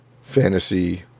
fantasy